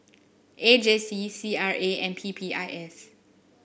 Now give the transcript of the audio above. A J C C R A and P P I S